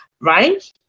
Right